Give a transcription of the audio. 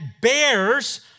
bears